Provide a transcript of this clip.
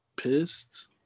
pissed